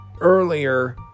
Earlier